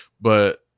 But-